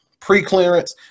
preclearance